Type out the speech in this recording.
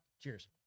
Cheers